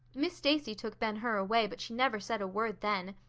miss stacy took ben hur away, but she never said a word then.